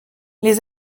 les